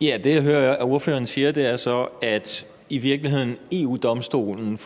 (V): Det, jeg hører ordføreren sige, er så, at i virkeligheden fungerer EU-Domstolen